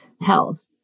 health